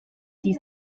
dies